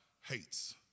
hates